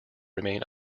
remain